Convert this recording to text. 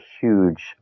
huge